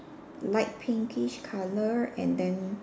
light pinkish colour and then